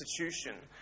institution